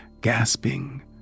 gasping